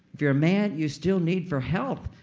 if you're a man, you still need for health,